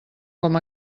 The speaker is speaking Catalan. com